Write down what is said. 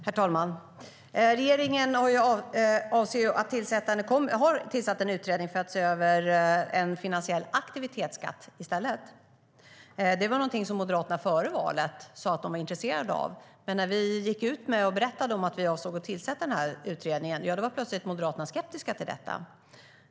Herr talman! Regeringen har tillsatt en utredning för att se över en finansiell aktivitetsskatt i stället. Det var någonting som Moderaterna före valet sa att de var intresserade av. Men när vi gick ut och berättade att vi avsåg att tillsätta utredningen var Moderaterna plötsligt skeptiska.